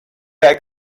heck